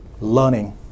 learning